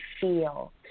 feel